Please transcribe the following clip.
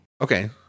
Okay